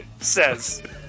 says